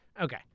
Okay